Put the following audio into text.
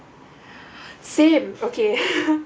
same okay